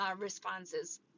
responses